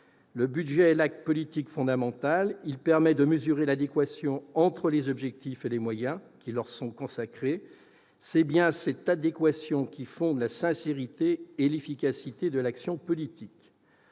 Le budget est l'acte politique fondamental. Il permet de mesurer l'adéquation entre les objectifs et les moyens qui leur sont consacrés. C'est bien cette adéquation qui fonde la sincérité et l'efficacité de l'action politique.